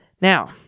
Now